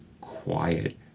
quiet